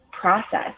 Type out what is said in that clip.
process